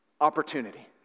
opportunity